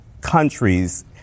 countries